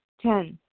Ten